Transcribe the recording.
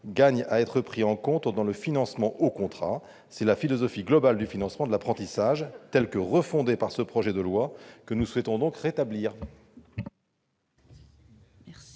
gagne à être pris en compte dans le financement au contrat. C'est la philosophie globale du financement de l'apprentissage tel que refondé par ce projet de loi que nous souhaitons donc rétablir.